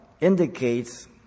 indicates